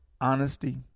honesty